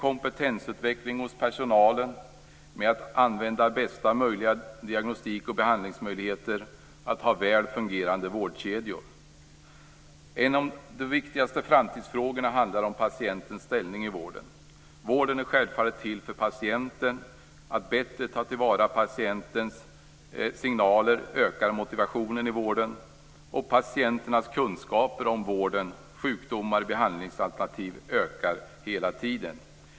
Kompetensutveckling av personalen, att använda bästa möjliga diagnostik och behandlingsmöjligheter och väl fungerande vårdkedjor är viktigt. En av de viktigaste framtidsfrågorna handlar om patientens ställning i vården. Vården är självfallet till för patienten. Att bättre ta till vara patientens signaler ökar motivationen i vården. Patienternas kunskaper om vård, sjukdomar och behandlingsalternativ ökar hela tiden.